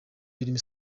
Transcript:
birimo